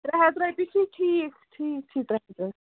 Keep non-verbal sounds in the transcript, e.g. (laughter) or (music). ترٛےٚ ہَتھ رۄپیہِ چھی ٹھیٖک ٹھیٖک چھی ترٛےٚ ہَتھ (unintelligible)